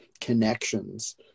connections